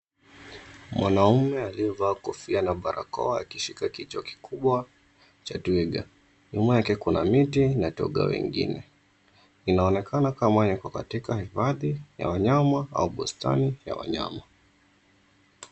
Mwanamume aliyevaa kofia na barakoa akishika kichwa kikubwa cha twiga. Nyuma yake kuna miti na twiga wengine. Inaonekana kwamba yuko katika hifadhi ya wanyama au bustani ya wanyama.